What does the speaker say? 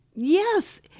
Yes